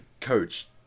coach